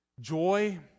Joy